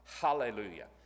Hallelujah